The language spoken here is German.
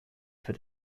für